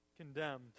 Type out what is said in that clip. Condemned